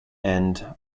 end